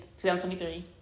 2023